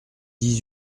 dix